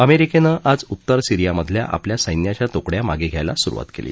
अमेरिकेन आज उत्तर सीरियामधल्या आपल्या सैन्याच्या तुकड्या मागे घ्यायला सुरवात केली